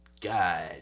God